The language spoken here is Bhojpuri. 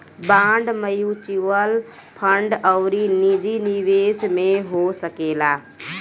बांड म्यूच्यूअल फंड अउरी निजी निवेश में हो सकेला